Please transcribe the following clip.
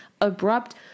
abrupt